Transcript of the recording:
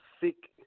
seek